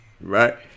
Right